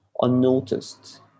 unnoticed